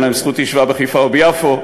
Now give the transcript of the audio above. אין להם זכות ישיבה בחיפה וביפו,